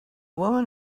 woman